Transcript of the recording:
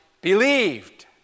believed